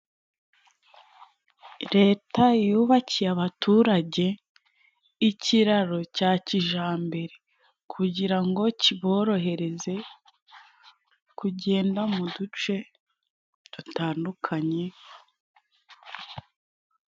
Leta yubakiye abaturage ikiraro cya kijambere kugira ngo kiborohereze kugenda mu duce dutandukanye.